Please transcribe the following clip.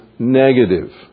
Negative